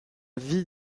vie